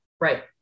right